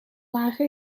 lage